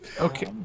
Okay